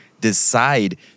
decide